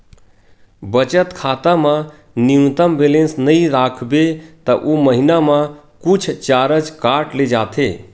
बचत खाता म न्यूनतम बेलेंस नइ राखबे त ओ महिना म कुछ चारज काट ले जाथे